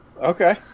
Okay